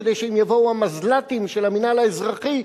כדי שאם יבואו המזל"טים של המינהל האזרחי,